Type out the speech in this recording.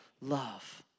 love